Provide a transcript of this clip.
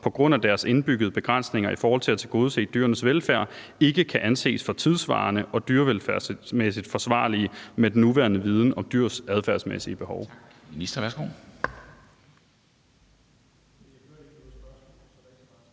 på grund af deres indbyggede begrænsninger ift. at tilgodese dyrenes velfærd ikke kan anses for tidssvarende og dyrevelfærdsmæssigt forsvarlige med den nuværende viden om dyrs adfærdsmæssige behov.«